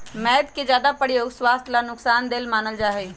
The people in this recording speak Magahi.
मैद के ज्यादा प्रयोग स्वास्थ्य ला नुकसान देय मानल जाहई